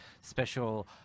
special